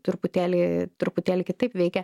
truputėlį truputėlį kitaip veikia